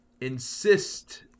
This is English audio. insist